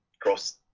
Cross